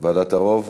ועדת ערו"ב?